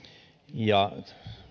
ja